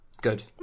Good